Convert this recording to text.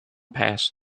passed